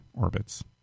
orbits